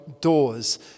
doors